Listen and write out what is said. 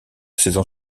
saison